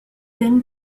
thin